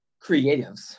creatives